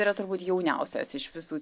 yra turbūt jauniausias iš visų